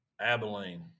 Abilene